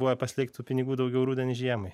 buvę pasilikt tų pinigų daugiau rudenį žiemai